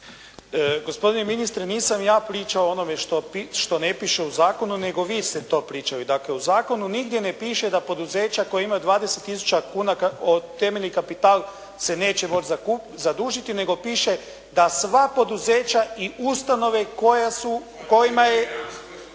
Gospodine ministre nisam ja pričao o onome što ne piše u zakonu nego vi ste to pričali. Dakle u zakonu nigdje ne piše da poduzeća koja imaju 20 tisuća kuna temeljni kapital se neće moći zadužiti nego piše da sva poduzeća i ustanove koje